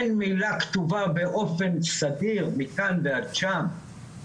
אין מילה כתובה באופן סדיר מכאן ועד שם,